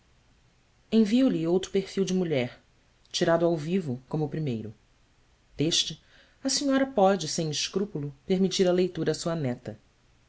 envio lhe outro perfil de mulher tirado ao vivo como o primeiro deste a senhora pode sem escrúpulo permitir a leitura à sua neta